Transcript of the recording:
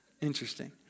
interesting